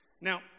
Now